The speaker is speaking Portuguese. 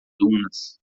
dunas